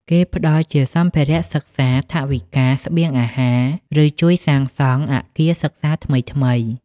គេផ្តល់ជាសម្ភារៈសិក្សា ថវិកា ស្បៀងអាហារ ឬជួយសាងសង់អគារសិក្សាថ្មីៗ។